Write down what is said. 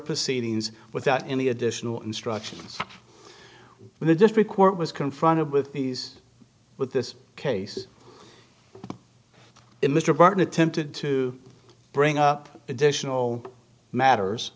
proceedings without any additional instructions for the district court was confronted with these with this case mr barton attempted to bring up additional matters